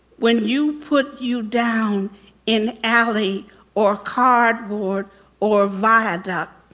when you put you down in alley or cardboard or viaduct,